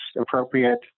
appropriate